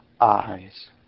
eyes